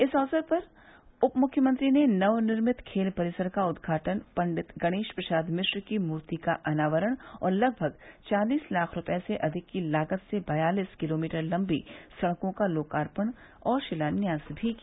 इस अवसर पर उप मुख्यमंत्री ने नव निर्मित खेल परिसर का उद्घाटन पंडित गणेश प्रसाद मिश्र की मूर्ति का अनावरण और लगभग चालीस लाख रूपये से अधिक की लागत से बयालीस किलोमीटर लम्बी सड़कों का लोकार्पण और शिलान्यास भी किया